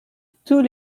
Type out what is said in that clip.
tous